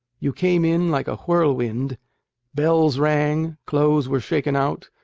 you came in like a whirlwind bells rang, clothes were shaken out,